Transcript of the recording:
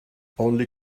only